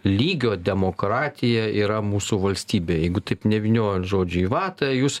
lygio demokratija yra mūsų valstybėj jeigu taip nevyniojant žodžio į vatą jūs